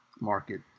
market